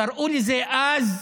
קראו לזה אז,